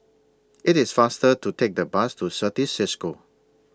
IT IS faster to Take The Bus to Certis CISCO